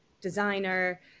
designer